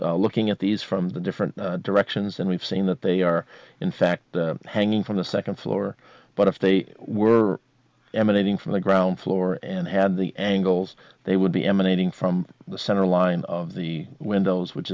through looking at these from the different directions and we've seen that they are in fact hanging from the second floor but if they were emanating from the ground floor and had the angles they would be emanating from the centerline of the windows which